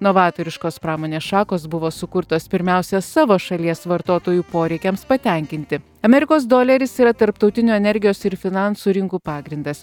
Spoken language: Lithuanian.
novatoriškos pramonės šakos buvo sukurtos pirmiausia savo šalies vartotojų poreikiams patenkinti amerikos doleris yra tarptautinių energijos ir finansų rinkų pagrindas